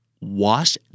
Wash